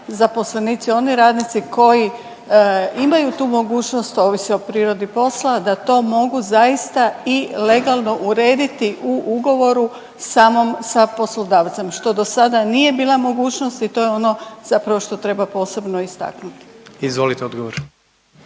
zaposlenici, oni radnici koji imaju tu mogućnost, ovisno o prirodi posla, da to mogu zaista i legalno urediti u ugovoru samom sa poslodavcem, što do sada nije bila mogućnost i to je ono zapravo što treba posebno istaknuti. **Jandroković,